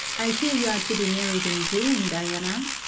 i hear you are to be married in june, diana.